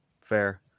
Fair